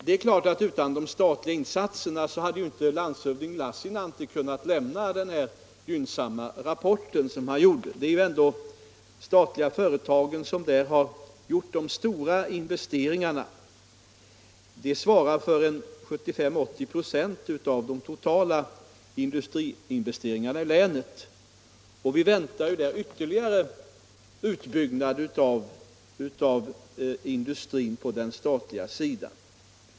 Det är klart att utan de statliga insatserna hade landshövding Lassinantti inte kunnat lämna en så gynnsam rapport som han gjort. Det är ju de statliga företagen som har gjort de stora investeringarna. De svarar för 75-80 96 av de totala industriinvesteringarna i länet. Vi väntar där ytterligare utbyggnad av industrin på den statliga sidan.